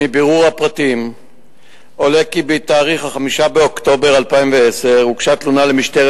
מבירור הפרטים עולה כי ב-5 באוקטובר הוגשה תלונה למשטרת